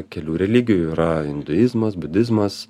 kelių religijų yra induizmas budizmas